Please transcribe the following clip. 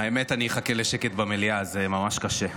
האמת, אני אחכה לשקט במליאה, זה ממש קשה.